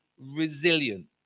resilient